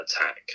attack